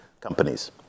companies